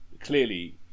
clearly